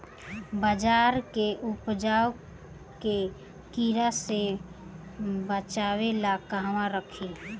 बाजरा के उपज के कीड़ा से बचाव ला कहवा रखीं?